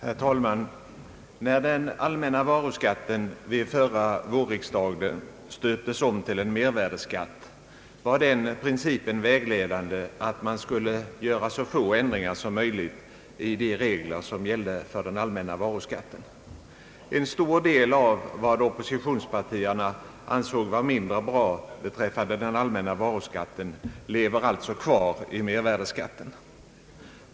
Herr talman! När den allmänna varuskatten vid förra vårriksdagen stöptes om till en mervärdeskatt var den principen vägledande, att man skulle göra så få ändringar som möjligt i de regler som gällde för den allmänna varuskatten. En stor del av vad oppositionspartierna ansåg vara mindre bra beträffande den allmänna varuskatten lever alltså kvar i mervärdeskattesystemet.